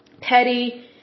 petty